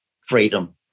freedom